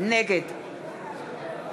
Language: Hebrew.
נגד